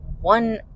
one